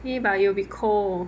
!ee! but it will be cold